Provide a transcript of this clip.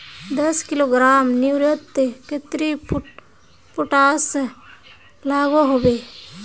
दस किलोग्राम यूरियात कतेरी पोटास लागोहो होबे?